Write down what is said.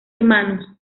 hermanos